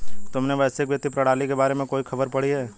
तुमने वैश्विक वित्तीय प्रणाली के बारे में कोई खबर पढ़ी है?